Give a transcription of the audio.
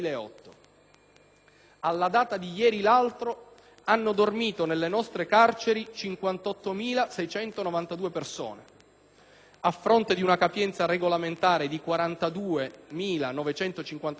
Alla data del 25 gennaio 2009 hanno dormito nelle nostre carceri 58.692 persone - a fronte di una capienza regolamentare di 42.957 posti